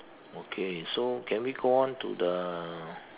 okay so can we go on to the